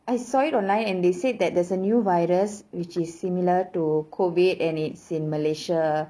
I saw it online and they said that there's a new virus which is similar to COVID and it's in malaysia